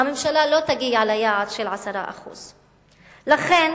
הממשלה לא תגיע ליעד של 10%. לכן